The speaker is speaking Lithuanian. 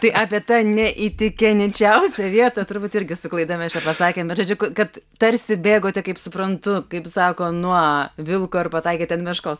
tai apie tą neįtikėničiausią vietą turbūt irgi su klaida mes pasakėme žodžiu kad tarsi bėgote kaip suprantu kaip sako nuo vilko ir pataikėte ant meškos